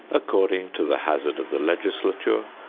according to the hazard of the legislature,